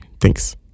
thanks